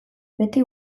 beti